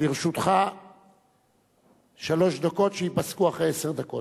לרשותך שלוש דקות שייפסקו אחרי עשר דקות.